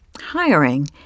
hiring